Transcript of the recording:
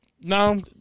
no